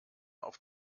auf